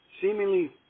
seemingly